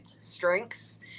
strengths